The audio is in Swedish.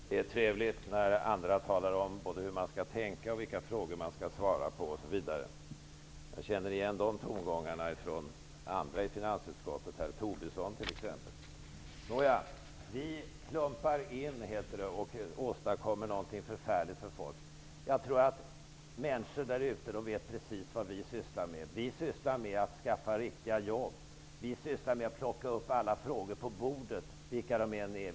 Fru talman! Det är trevligt när andra talar om både hur man skall tänka och vilka frågor man skall svara på osv. Jag känner igen tongångarna från andra i finansutskottet, t.ex. herr Tobisson. Det heter att vi klampar in och åstadkommer något förfärligt för folk. Jag tror att människorna där ute vet precis vad vi sysslar med. Vi sysslar med att skaffa fram riktiga jobb. Vi sysslar med att ta fram alla frågor på bordet -- vilka de än är.